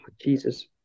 Jesus